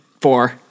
four